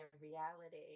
reality